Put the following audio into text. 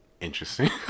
interesting